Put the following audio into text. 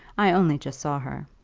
i only just saw her.